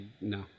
No